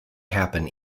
happen